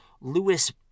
Lewis